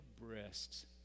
breasts